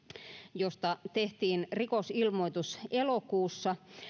josta tehtiin rikosilmoitus elokuussa